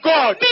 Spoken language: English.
God